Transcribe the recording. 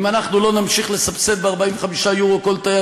אם אנחנו לא נמשיך לסבסד ב-45 יורו כל תייר,